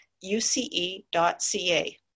uce.ca